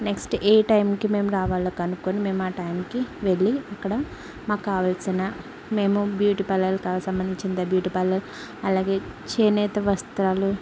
next ఏ టైంకి మేము రావాలా కనుక్కొని మేము ఆ టైంకి వెళ్ళి అక్కడ మాకు కావాల్సిన మేము బ్యూటీ పార్లర్ సంబంధించి మేము బ్యూటీ పార్లర్ అలాగే చేనేత వస్త్రాలు